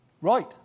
Right